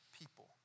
people